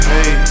Hey